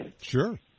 Sure